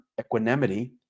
equanimity